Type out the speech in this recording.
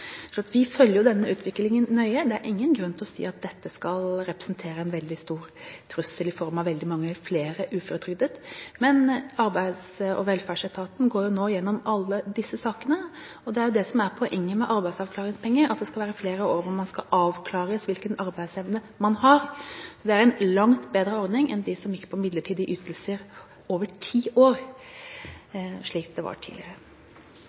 Vi følger jo denne utviklingen nøye. Det er ingen grunn til å si at dette skal representere en veldig stor trussel i form av veldig mange flere uføretrygdede, men Arbeids- og velferdsetaten går nå igjennom alle disse sakene. Det er jo det som er poenget med arbeidsavklaringspenger, at det skal være flere år hvor man skal avklares hvilken arbeidsevne man har. Dette er en langt bedre ordning enn slik det var tidligere, med dem som gikk på midlertidige ytelser i over ti år.